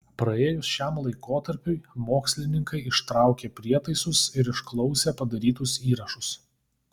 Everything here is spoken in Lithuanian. praėjus šiam laikotarpiui mokslininkai ištraukė prietaisus ir išklausė padarytus įrašus